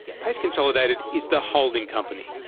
payce consolidated is the holding company.